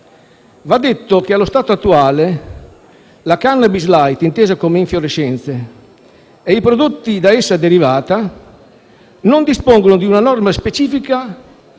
Va detto che, allo stato attuale, la *cannabis light* (intesa come infiorescenze) e i prodotti da essa derivati non dispongono di una norma specifica